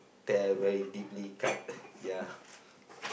tear very deeply cut